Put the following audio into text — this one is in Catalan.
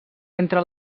entre